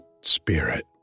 spirit